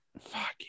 Fuck